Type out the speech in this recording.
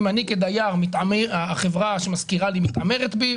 אם החברה שמשכירה לי מתעמרת בי,